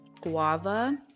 guava